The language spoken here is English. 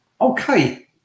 Okay